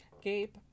Gabe